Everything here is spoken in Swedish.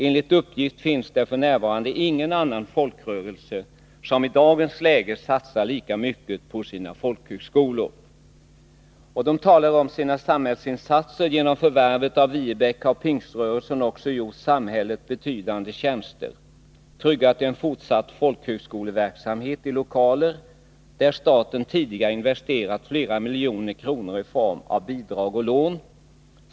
Enligt uppgift finns det f.n. ingen annan folkrörelse som i dagens läge satsar lika mycket på sina folkhögskolor.” Man talar vidare om sina ”samhällsinsatser” och skriver: ”Genom förvärvet av Viebäck har pingströrelsen också gjort samhället betydande tjänster. Tryggat en fortsatt folkhögskoleverksamhet i lokaler där staten tidigare investerat flera miljoner kr. i form av bidrag och lån.